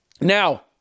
Now